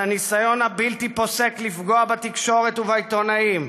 על הניסיון הבלתי-פוסק לפגוע בתקשורת ובעיתונאים,